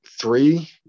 three